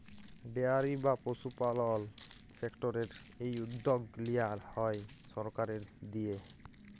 dairy বা পশুপালল সেক্টরের এই উদ্যগ লিয়া হ্যয় সরকারের দিঁয়ে